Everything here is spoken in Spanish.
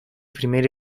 primer